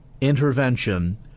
intervention